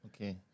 Okay